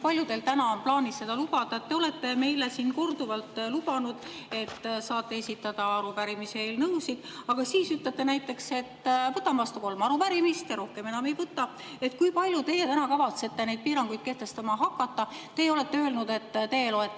palju teil täna on plaanis seda lubada. Te olete meile siin korduvalt lubanud, et saame esitada arupärimisi ja eelnõusid, aga siis ütlete näiteks, et võtate vastu kolm arupärimist ja rohkem enam ei võta. Kui palju teie täna kavatsete neid piiranguid kehtestama hakata? Teie olete öelnud, et te loete